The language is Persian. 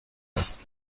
است